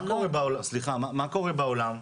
מה קורה בעולם?